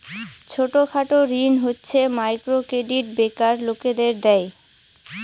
ছোট খাটো ঋণ হচ্ছে মাইক্রো ক্রেডিট বেকার লোকদের দেয়